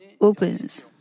opens